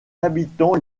habitants